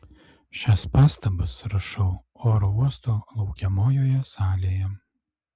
šias pastabas rašau oro uosto laukiamojoje salėje